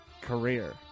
career